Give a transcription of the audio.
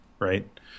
right